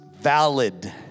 valid